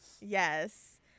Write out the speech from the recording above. Yes